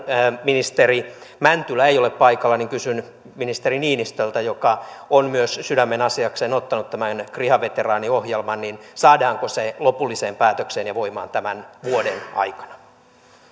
ministeri mäntylä ei ole paikalla niin kysyn ministeri niinistöltä joka on myös sydämenasiakseen ottanut tämän kriha veteraaniohjelman saadaanko se lopulliseen päätökseen ja voimaan tämän vuoden aikana